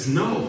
no